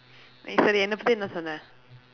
சரி என்னே பத்தி என்ன சொன்னே:sari ennee paththi enna sonnee